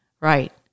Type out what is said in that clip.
Right